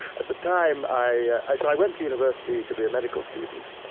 at the time, i so i went to university to be a medical student